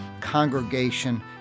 congregation